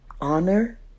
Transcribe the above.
honor